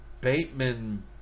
Bateman